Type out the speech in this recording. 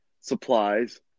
supplies